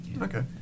Okay